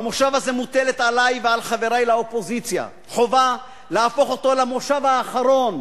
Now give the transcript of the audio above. במושב הזה מוטלת עלי ועל חברי לאופוזיציה חובה להפוך אותו למושב האחרון